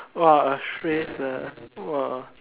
!wah! a trace ah !wah!